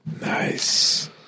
Nice